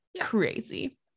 Crazy